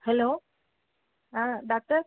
hello ah doctor